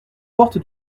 porte